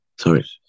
Sorry